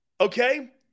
Okay